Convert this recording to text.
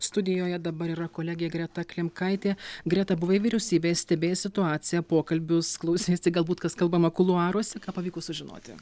studijoje dabar yra kolegė greta klimkaitė greta buvai vyriausybėj stebėjai situaciją pokalbius klauseisi galbūt kas kalbama kuluaruose ką pavyko sužinoti